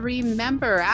Remember